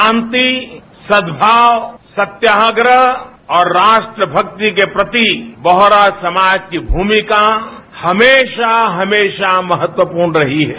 शांति सद्भाव सत्याग्रह और राष्ट्रभक्ति के प्रति बोहरा समाज की भूमिका हमेशा हमेशा महत्वपूर्ण रही है